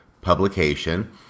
publication